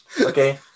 okay